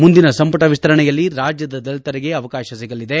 ಮುಂದಿನ ಸಂಪುಟ ವಿಸ್ತರಣೆಯಲ್ಲಿ ರಾಜ್ಜದ ದಲಿತರಿಗೆ ಅವಕಾಶ ಸಿಗಲಿದೆ